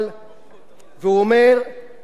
והוא אומר: ומה שהכי מעציב אותי,